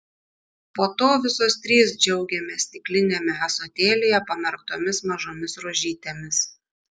po to visos trys džiaugiamės stikliniame ąsotėlyje pamerktomis mažomis rožytėmis